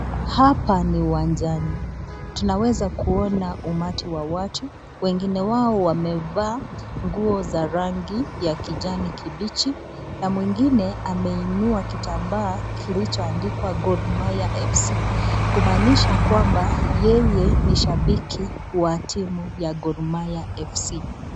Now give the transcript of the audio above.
Hapa ni uwanjani, tunaweza kuona umati wa watu wengine wao wamevaa nguo za rangi ya kijani kibichi na mwingine ameinua kitambaa kilichoandikwa Goal Mahia FC kumaanisha kwamba yeye ni shabiki wa hii timu.